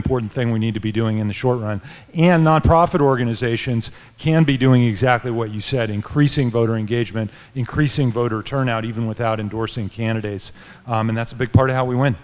important thing we need to be doing in the short run and nonprofit organizations can be doing exactly what you said increasing voter engagement increasing voter turnout even without endorsing candidates and that's a big part of how we went